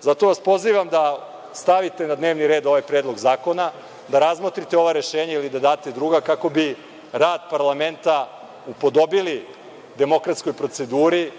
Zato vas pozivam da stavite na dnevni red ovaj predlog zakona, da razmotrite ova rešenja ili da date druga kako bi rad parlamenta upodobili demokratskoj proceduri,